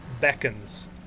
beckons